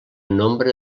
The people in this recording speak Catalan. nombre